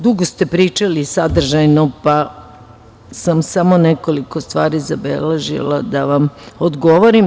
Dugo ste pričali sadržajno, pa sam samo nekoliko stvari zabeležila da vam odgovorim.